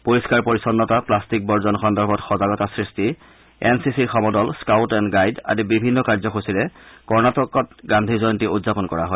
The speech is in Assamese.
পৰিদ্ধাৰ পৰিছ্নতা প্লাট্টিক বৰ্জন সন্দৰ্ভত সজাগতা সৃষ্টি এন চি চিৰ সমদল স্কাউট এণ্ড গাইড আদি বিভিন্ন কাৰ্যসূচীৰে কৰ্ণটিক গান্বী জয়ন্তী উদযাপন কৰা হয়